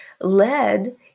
led